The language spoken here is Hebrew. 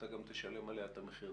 אתה גם תשלם עליה את המחיר.